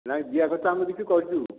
ନାହିଁ ଜିଆ ଖତ ଆମେ କିଛି କରିଛୁ